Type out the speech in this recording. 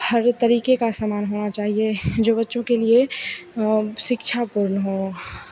हर तरीके का सामान होना चाहिए जो बच्चों के लिए शिक्षापूर्ण हो